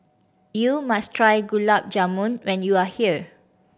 you must try Gulab Jamun when you are here